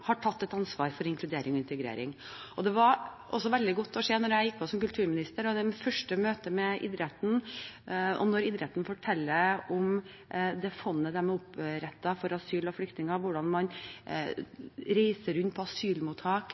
har tatt et ansvar for inkludering og integrering. Det var veldig godt å se da jeg gikk på som kulturminister og hadde det første møtet med idretten, der idretten fortalte om det fondet de har opprettet for asylsøkere og flyktninger, hvordan man reiser rundt på asylmottak,